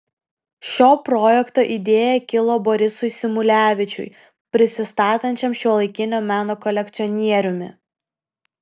šio projekto idėja kilo borisui symulevičiui prisistatančiam šiuolaikinio meno kolekcionieriumi